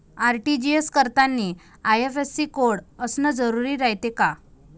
RTGS करतांनी IFSC code असन जरुरी रायते का?